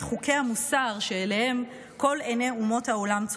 חוקי המוסר שאליהם צופות עיני כל אומות העולם.